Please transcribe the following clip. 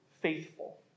faithful